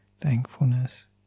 thankfulness